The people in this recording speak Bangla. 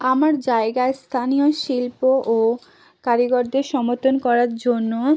আমার জায়গায় স্থানীয় শিল্প ও কারিগরদের সমর্থন করার জন্য